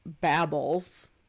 babbles